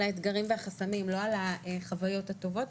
האתגרים והחסמים לא על החוויות הטובות,